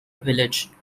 village